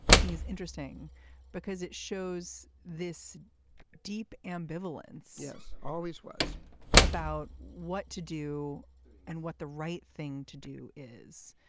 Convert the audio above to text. i think is interesting because it shows this deep ambivalence. yes. always was about what to do and what the right thing to do is.